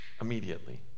immediately